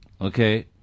Okay